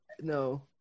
no